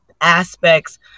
aspects